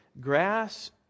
grass